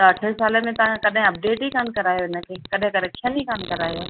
त अठनि सालनि खां तव्हां कॾहिं अपडेट ई कान करायो इन खे कॾहिं करेक्शन ई कान करायो